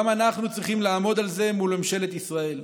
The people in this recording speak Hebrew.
גם אנחנו צריכים לעמוד על זה מול ממשלת ישראל.